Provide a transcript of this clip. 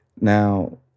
Now